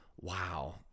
wow